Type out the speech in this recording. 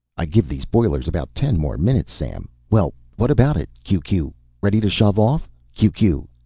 i give those boilers about ten more minutes sam well what about it q q ready to shove off q q